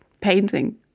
painting